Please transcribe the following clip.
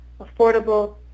affordable